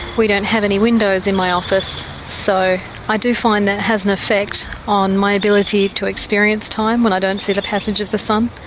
we don't have any windows in my office so i do find that has an effect on my ability to experience time, when i don't see the passage of the sun.